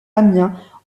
amiens